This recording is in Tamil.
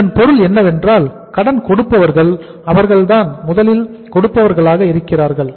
இதன் பொருள் என்னவென்றால் கடன் கொடுப்பவர்கள் அவர்கள்தான் முதலில் கொடுப்பவர்களாக இருக்கிறார்கள்